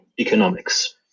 economics